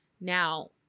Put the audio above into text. Now